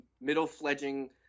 middle-fledging